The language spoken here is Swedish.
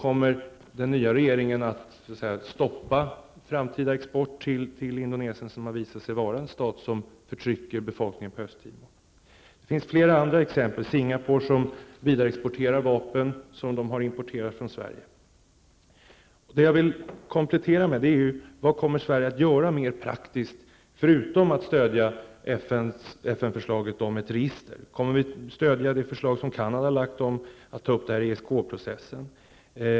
Kommer den nya regeringen att stoppa framtida export till Indonesien, som har visat sig vara en stat som förtrycker befolkningen på Östtimor? Det finns flera andra exempel. Singapore exporterar t.ex. vapen vidare som har importerats från Vad kommer Sverige att göra mera praktiskt förutom att stödja FN-förslaget om ett register? Kommer vi att stödja det förslag som Canada har lagt fram om att det här skall tas upp i ESK processen?